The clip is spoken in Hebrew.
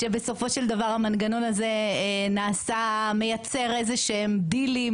שבסופו של דבר המנגנון הזה מייצר דילים